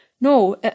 No